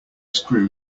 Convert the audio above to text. screw